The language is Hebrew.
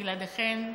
בלעדיכן,